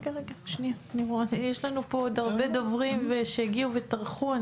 יש לנו פה עוד הרבה דוברים שהגיעו וטרחו.